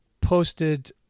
posted